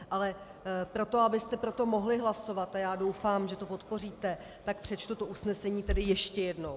Ale proto, abyste pro to mohli hlasovat, a já doufám, že to podpoříte, přečtu to usnesení tedy ještě jednou: